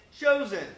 chosen